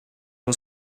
was